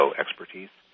expertise